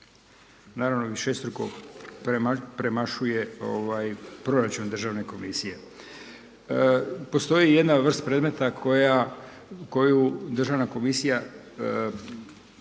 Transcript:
naravno višestruko premašuje proračun državne komisije. Postoji jedna vrst predmeta koju državna komisija posebno